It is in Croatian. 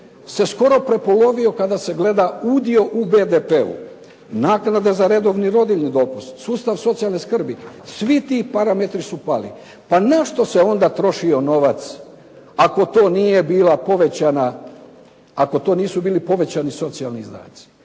se skoro prepolovio kada se gleda udio u BDP-u. Naknada za redovni rodiljni dopust, sustav socijalne skrbi, svi ti parametri su pali. Pa na što se onda trošio novac ako to nisu bili povećani socijalni izdaci?